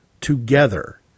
together